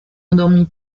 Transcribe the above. endormie